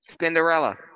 Cinderella